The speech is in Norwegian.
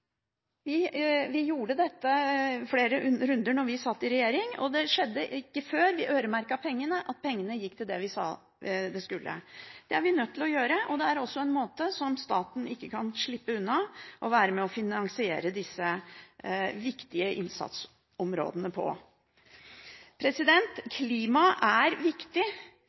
Vi gjorde dette i flere runder da vi satt i regjering, og det skjedde ikke før vi øremerket pengene, at pengene gikk til det vi sa de skulle gå til. Det er vi nødt til å gjøre. Det er også en måte å finansiere disse viktige innsatsområdene på som fører til at staten ikke kan slippe unna å være med på det. Klima er viktig. Jeg må si jeg er